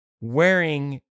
wearing